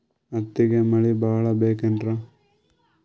ಹತ್ತಿಗೆ ಮಳಿ ಭಾಳ ಬೇಕೆನ್ರ?